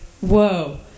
whoa